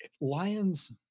lions